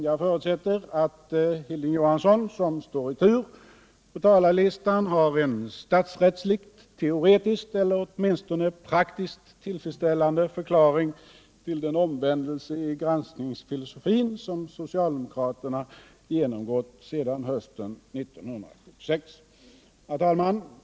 Jag förutsätter att Hilding Johansson, som står i tur på talarlistan, har en statsrättsligt, teoretiskt eller åtminstone praktiskt tillfredsställande förklaring till den omvändelse i granskningsfilosofin som socialdemokraterna genomgått sedan hösten 1976. Herr talman!